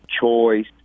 choice